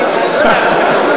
השבוע.